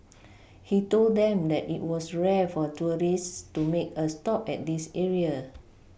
he told them that it was rare for tourists to make a stop at this area